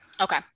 Okay